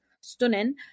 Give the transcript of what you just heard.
Stunning